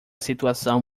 situação